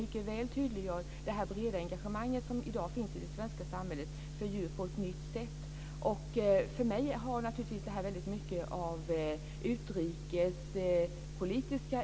Detta tydliggör det breda engagemang som i dag finns för djur på ett nytt sätt i det svenska samhället. För mig handlar detta naturligtvis väldigt mycket om utrikespolitik.